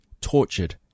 tortured